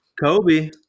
Kobe